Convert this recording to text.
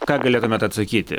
ką galėtumėt atsakyti